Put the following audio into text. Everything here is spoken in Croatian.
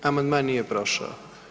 Amandman nije prošao.